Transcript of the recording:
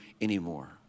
anymore